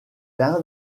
l’un